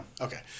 Okay